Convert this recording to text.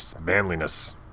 manliness